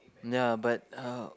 ya but uh